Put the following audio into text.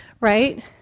right